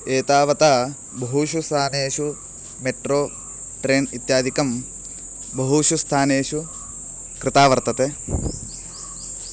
एतावता बहुषु स्थानेषु मेट्रो ट्रेन् इत्यादिकं बहुषु स्थानेषु कृतं वर्तते